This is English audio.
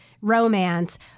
romance